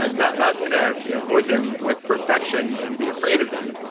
and not not in ah a, avoid them with perfection and be afraid of them,